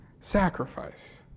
sacrifice